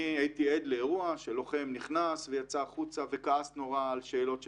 אני הייתי עד לאירוע שלוחם נכנס ויצא החוצה וכעס נורא על שאלות שנשאלו.